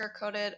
Sugarcoated